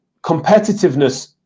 competitiveness